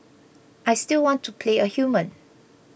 I still want to play a human